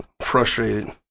frustrated